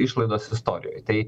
išlaidos istorijoj tai